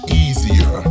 easier